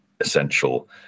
essential